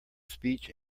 speech